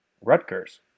Rutgers